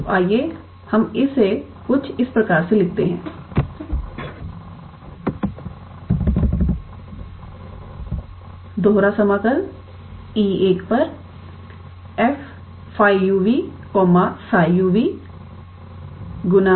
तो आइए हम कुछ इस प्रकार से लिखते हैं 𝐸1 𝑓𝜑𝑢 𝑣 𝜓𝑢 𝑣